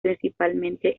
principalmente